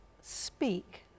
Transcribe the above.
speak